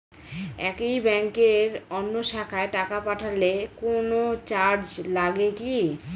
একই ব্যাংকের অন্য শাখায় টাকা পাঠালে কোন চার্জ লাগে কি?